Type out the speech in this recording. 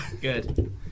good